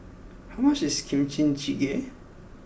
how much is Kimchi Jjigae